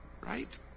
Right